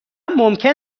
ممکن